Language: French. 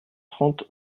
trente